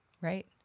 right